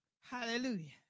Hallelujah